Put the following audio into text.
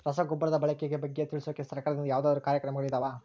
ರಸಗೊಬ್ಬರದ ಬಳಕೆ ಬಗ್ಗೆ ತಿಳಿಸೊಕೆ ಸರಕಾರದಿಂದ ಯಾವದಾದ್ರು ಕಾರ್ಯಕ್ರಮಗಳು ಇದಾವ?